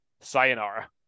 sayonara